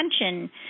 attention